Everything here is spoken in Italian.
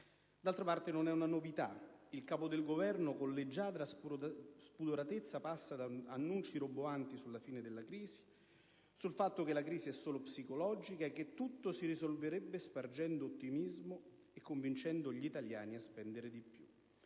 D'altra parte, non è una novità. Il Capo del Governo, con leggiadra spudoratezza, passa da annunci roboanti sulla fine della crisi, sul fatto che la crisi è solo psicologica e che tutto si risolverebbe spargendo ottimismo e convincendo gli italiani a spendere di più,